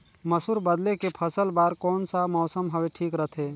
मसुर बदले के फसल बार कोन सा मौसम हवे ठीक रथे?